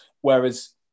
whereas